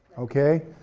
okay,